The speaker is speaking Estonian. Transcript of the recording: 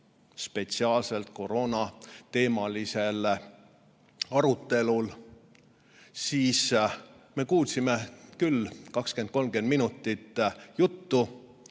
spetsiaalselt koroonateemalisel arutelul, siis me kuulsime küll 20–30 minutit juttu,